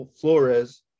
Flores